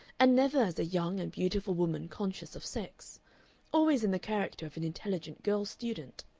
and never as a young and beautiful woman conscious of sex always in the character of an intelligent girl student.